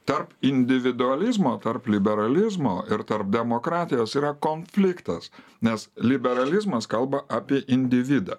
tarp individualizmo tarp liberalizmo ir tarp demokratijos yra konfliktas nes liberalizmas kalba apie individą